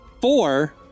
Four